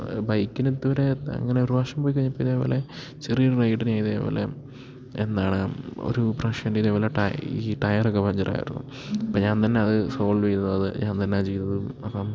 ബൈകിനിതുവരെ അങ്ങനെ ഒരു പ്രാശം പോയി കഴിഞ്ഞപ്പ ഇതേപലെ ചെറിയൊരു റൈഡന് ഇതേപോലെ എന്താണ് ഒരു പ്രഷറിൻ്റെ ഇതേപോലെ ട ഈ ടയറൊക്കെ പഞ്ചറായിരുന്നു അപ്പ ഞാൻ തന്നെ അത് സോൾവ് ചെയ്തു അത് ഞാൻ തന്നെ ചെയ്തും അപ്പം